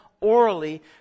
orally